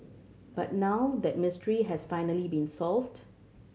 but now that mystery has finally been solved